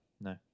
No